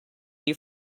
you